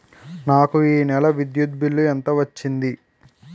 నాకు ఈ నెల విద్యుత్ బిల్లు ఎంత వచ్చింది?